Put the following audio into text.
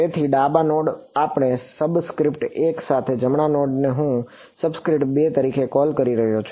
તેથી તે ડાબા નોડને આપણે સબસ્ક્રીપ્ટ 1 સાથે અને જમણા નોડને હું સબસ્ક્રીપ્ટ 2 તરીકે કૉલ કરી રહ્યો છું